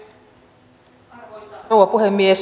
arvoisa rouva puhemies